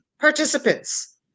participants